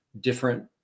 different